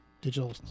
digital